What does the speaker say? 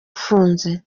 afunze